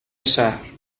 شهر